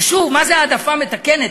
ושוב, מה זה העדפה מתקנת?